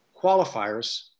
qualifiers